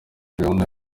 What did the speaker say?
rihanna